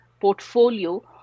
portfolio